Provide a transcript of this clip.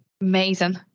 Amazing